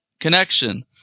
connection